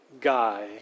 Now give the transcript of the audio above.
guy